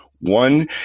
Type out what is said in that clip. One